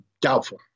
Doubtful